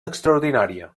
extraordinària